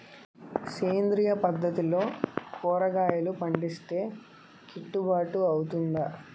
సేంద్రీయ పద్దతిలో కూరగాయలు పండిస్తే కిట్టుబాటు అవుతుందా?